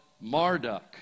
Marduk